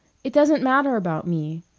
it doesn't matter about me.